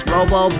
Robo